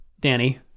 Danny